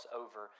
over